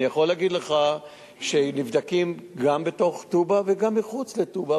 אני יכול להגיד לך שנבדקים גם בתוך טובא וגם מחוץ לטובא,